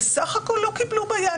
בסך הכול לא קיבלו ביד,